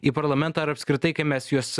į parlamentą ar apskritai kai mes juos